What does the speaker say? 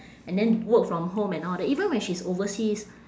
and then work from home and all that even when she's overseas